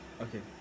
Okay